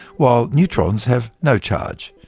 while neutrons have no charge.